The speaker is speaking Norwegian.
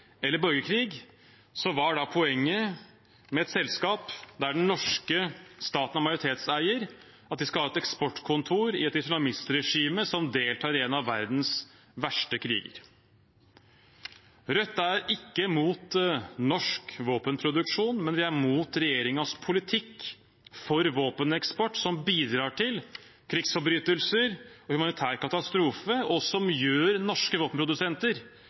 eller borgerkrig, så hva er da poenget med et selskap der den norske staten er majoritetseier – at de skal ha et eksportkontor i et islamistregime som deltar i en av verdens verste kriger? Rødt er ikke mot norsk våpenproduksjon, men vi er mot regjeringens politikk for våpeneksport som bidrar til krigsforbrytelser og humanitære katastrofer, og som gjør norske